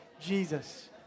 Jesus